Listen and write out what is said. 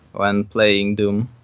when playing door, um